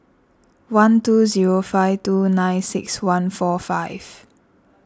one two zero five two nine six one four five